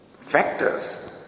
factors